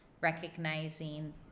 recognizing